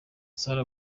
salah